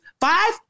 Five